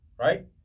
Right